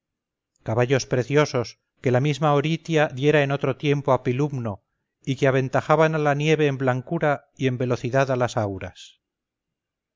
caballos preciosos que la misma oritia diera en otro tiempo a pilumno y que aventajaban a la nieve en blancura y en velocidad a las auras